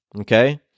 okay